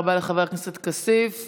תודה רבה לחבר הכנסת כסיף.